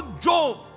Job